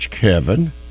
Kevin